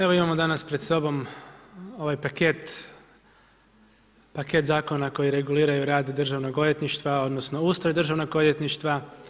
Evo, imamo danas pred sobom ovaj paket Zakona koji reguliraju rad državnog odvjetništva odnosno ... državnog odvjetništva.